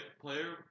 player